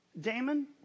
Damon